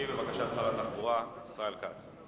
ישיב, בבקשה, שר התחבורה ישראל כץ.